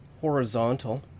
Horizontal